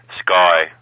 Sky